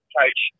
coach